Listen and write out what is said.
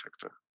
sector